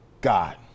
God